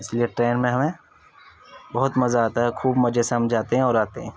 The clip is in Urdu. اس لیے ٹرین میں ہمیں بہت مزہ آتا ہے خوب مزے سے ہم جاتے ہیں اور آتے ہیں